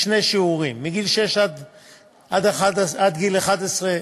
בשני שיעורים: מגיל שש עד גיל 11,